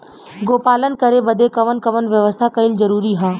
गोपालन करे बदे कवन कवन व्यवस्था कइल जरूरी ह?